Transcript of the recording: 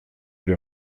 l’ai